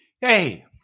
Hey